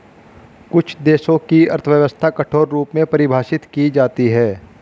कुछ देशों की अर्थव्यवस्था कठोर रूप में परिभाषित की जाती हैं